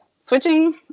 switching